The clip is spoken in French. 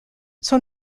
son